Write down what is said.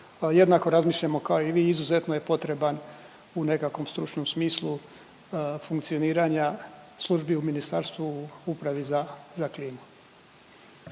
jednako razmišljamo kao i vi, izuzetno je potreban u nekakvom stručnom smislu funkcioniranja službi u ministarstvu i upravi za klimu.